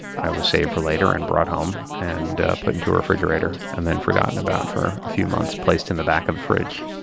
i was saved for later and brought home, and put into a refrigerator and then forgotten about for a few months, placed in the back of the fridge.